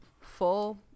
full